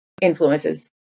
influences